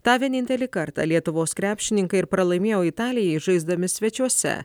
tą vienintelį kartą lietuvos krepšininkai ir pralaimėjo italijai žaisdami svečiuose